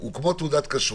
שהוא כמו תעודת כשרות.